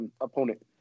opponent